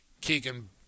Keegan